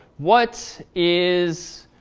what is